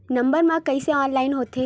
Number मा कइसे online होथे?